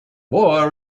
boy